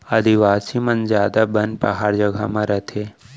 आदिवासी मन जादा बन पहार जघा म रथें